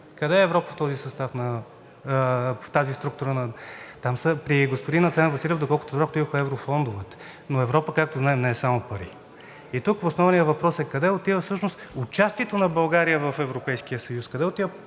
Къде е Европа в тази структура? При господин Асен Василев, доколкото разбрах, отидоха еврофондовете, но Европа, както знаем, не е само пари. Тук основният въпрос е: къде отива всъщност участието на България в Европейския съюз? Къде отива